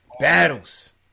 Battles